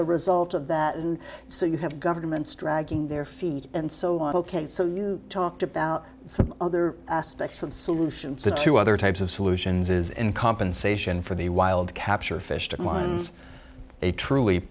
a result of that and so you have governments dragging their feet and so on ok so you talked about some other aspects of the solutions the two other types of solutions is in compensation for the wild capture of fish declines a truly